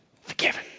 forgiven